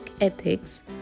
ethics